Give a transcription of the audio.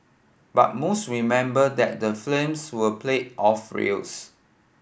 but most remember that the flames were played off reels